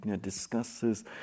discusses